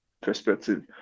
perspective